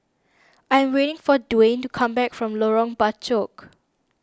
I am waiting for Duwayne to come back from Lorong Bachok